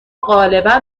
غالبا